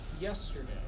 yesterday